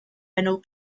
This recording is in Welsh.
enw